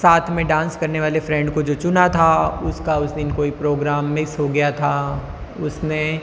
साथ में डांस करने वाले फ्रेंड को जो चुना था उसका उस दिन कोई प्रोग्राम मिस हो गया था उसने